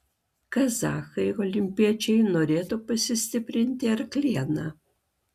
kazachai olimpiečiai norėtų pasistiprinti arkliena